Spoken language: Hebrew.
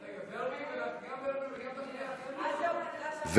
גם ורבין וגם נחמיאס ורבין?